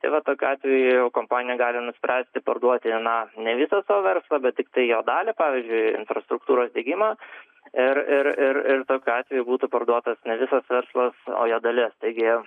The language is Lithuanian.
tai va tokiu atveju kompanija gali nuspręsti parduoti na ne visą savo verslą bet tiktai jo dalį pavyzdžiui infrastruktūros diegimą ir ir ir ir tokiu atveju būtų parduotas ne visas verslas o jo dalis taigi